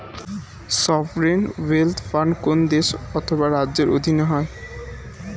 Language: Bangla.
সভরেন ওয়েলথ ফান্ড কোন দেশ অথবা রাজ্যের অধীনে হয়